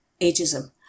ageism